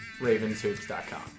Ravenshoops.com